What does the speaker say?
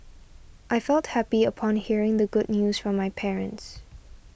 I felt happy upon hearing the good news from my parents